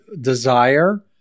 desire